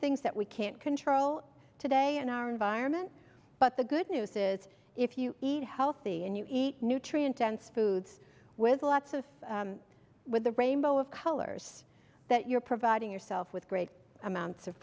things that we can't control today in our environment but the good news is if you eat healthy and you eat nutrient dense foods with lots of with a rainbow of colors that you're providing yourself with great amounts of